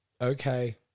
Okay